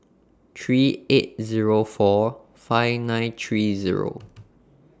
three eight Zero four five nine three Zero